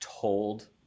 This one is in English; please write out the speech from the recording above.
told